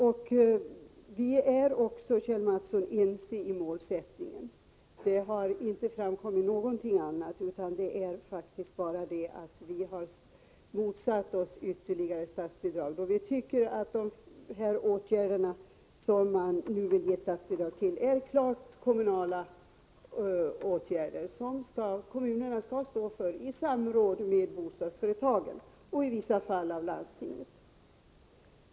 Vi är också ense om målsättningen, Kjell Mattsson — någonting annat har inte framkommit. Det är faktiskt bara det att vi har motsatt oss ytterligare statsbidrag. Vi tycker att de åtgärder som man nu vill ge statsbidrag till är klart kommunala angelägenheter, som kommunerna skall stå för, i samråd med bostadsföretagen, och i vissa fall landstingen.